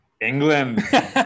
England